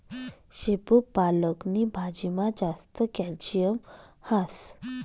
शेपू पालक नी भाजीमा जास्त कॅल्शियम हास